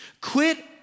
Quit